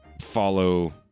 follow